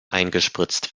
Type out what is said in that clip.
eingespritzt